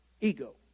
ego